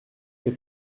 fait